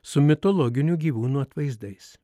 su mitologinių gyvūnų atvaizdais